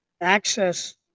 Access